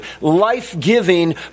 life-giving